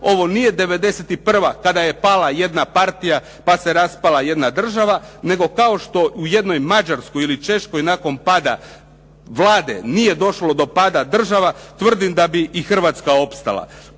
ovo nije '91. kada je pala jedna partija pa se raspala jedna država, nego kao što u jednoj Mađarskoj ili Češkoj nakon pada vlade nije došlo do pada države, tvrdim da bi i Hrvatska opstala.